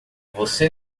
você